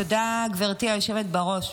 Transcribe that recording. תודה, גברתי היושבת בראש.